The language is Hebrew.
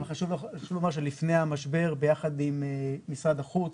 אבל חשוב לומר שלפני המשבר ביחד עם משרד החוץ